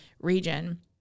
region